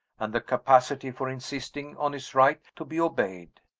and the capacity for insisting on his right to be obeyed.